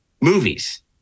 movies